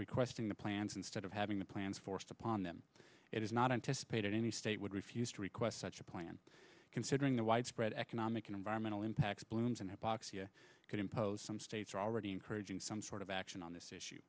requesting the plants instead of having the plants forced upon them it is not anticipated any state would refuse to request such a plan considering the widespread economic and environmental impacts blooms and hypoxia could impose some states are already encouraging some sort of action on this issue